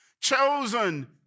chosen